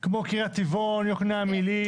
בעד להחיל את זה בכל ועדה מקומית במדינת ישראל.